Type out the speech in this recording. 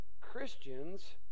Christians